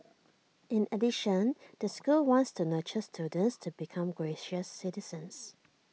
in addition the school wants to nurture students to become gracious citizens